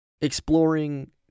exploring